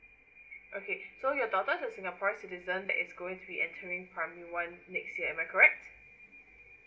okay so your daughter is a singaporean citizen that is going to be entering primary one next year am I correct